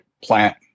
plant